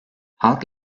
halk